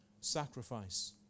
sacrifice